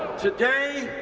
today,